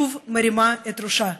שוב מרימה את ראשה,